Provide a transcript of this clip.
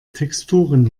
texturen